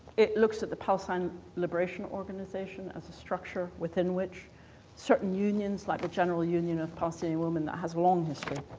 it looks at the palestine liberation organization as a structure within which certain unions, like the general union of palestinian women, that has a long history,